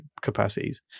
capacities